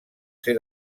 ser